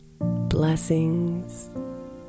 Blessings